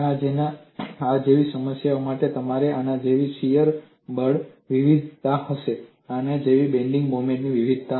અને આ જેવી સમસ્યા માટે તમારી પાસે આની જેમ શીયર બળની વિવિધતા હશે આના જેવી બેન્ડિંગ મોમેન્ટની વિવિધતા